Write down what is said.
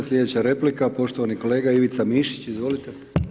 Slijedeća replika, poštovani kolega Ivica Mišić, izvolite.